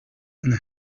and